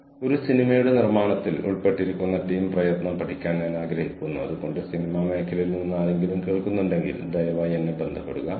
അതിനാൽ കോഴ്സുകളുടെ പരമ്പര വികസിപ്പിക്കുന്നതിൽ മുഴുവൻ ടീമും ഉൾപ്പെടുന്നു